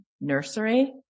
nursery